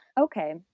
Okay